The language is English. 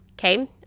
Okay